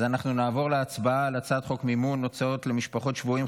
אז אנחנו נעבור להצבעה על הצעת חוק מימון הוצאות למשפחות שבויים,